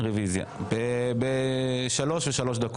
רביזיה ב-15:03.